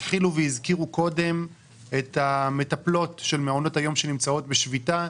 התחילו והזכירו קודם את המטפלות של מעונות היום שנמצאות בשביתה.